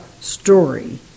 story